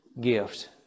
gift